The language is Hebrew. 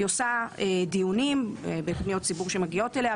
היא עושה דיונים בפניות ציבור שמגיעות אליה,